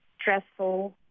stressful